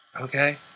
okay